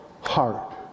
heart